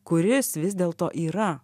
kuris vis dėlto yra